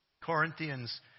Corinthians